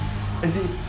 as in